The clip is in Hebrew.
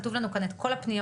כתוב לנו כאן את כל הפניות,